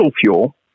fuel